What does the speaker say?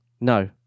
No